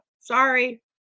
sorry